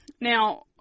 now